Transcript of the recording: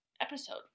episode